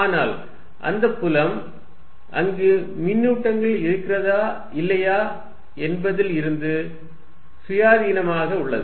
ஆனால் அந்த புலம் அங்கு மின்னூட்டங்கள் இருக்கிறதா இல்லையா என்பதில் இருந்து சுயாதீனமாக உள்ளது